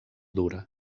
dura